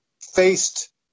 faced